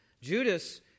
Judas